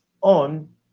on